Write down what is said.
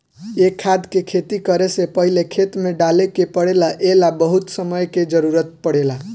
ए खाद के खेती करे से पहिले खेत में डाले के पड़ेला ए ला बहुत समय के जरूरत पड़ेला